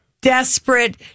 Desperate